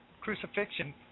crucifixion